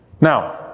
Now